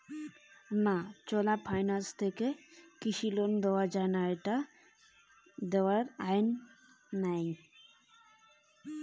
চোলা finance থেকে কি কৃষি ঋণ দেওয়া হয়?